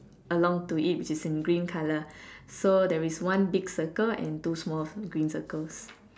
along to it which is in green colour so there is one big circle and two small green circles